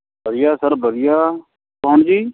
ਵਧੀਆ ਸਰ ਵਧੀਆ ਕੌਣ ਜੀ